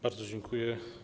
Bardzo dziękuję.